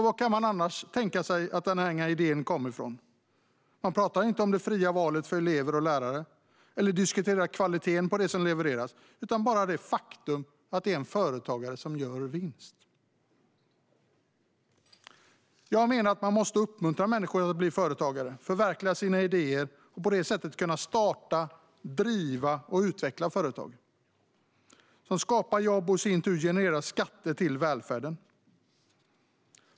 Var kan man annars tänka sig att den idén kommer ifrån? Man talar inte om det fria valet för elever och lärare eller kvaliteten på det som levereras utan bara om det faktum att det är företagare som gör vinst. Jag menar att man måste uppmuntra människor att bli företagare - att förverkliga sina idéer och på det sättet kunna starta, driva och utveckla företag som skapar jobb och genererar skatter till välfärden.